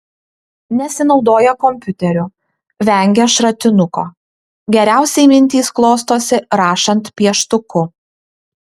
nesinaudoja kompiuteriu vengia šratinuko geriausiai mintys klostosi rašant pieštuku